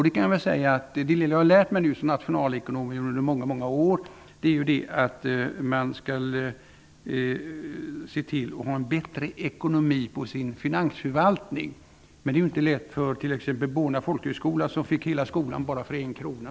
Det jag har lärt mig som nationalekonom under många år är att man skall se till att ha en bättre ekonomi på sin finansförvaltning. Men det är ju inte lätt för t.ex. Bona folkhögskola, som fick hela skolan för bara en krona.